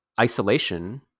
isolation